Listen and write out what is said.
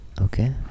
Okay